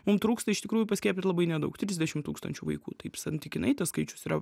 mum trūksta iš tikrųjų paskiepyt labai nedaug trisdešimt tūkstančių vaikų taip santykinai tas skaičius yra